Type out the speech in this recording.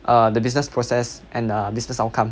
uh the business process and a business outcome